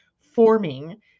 forming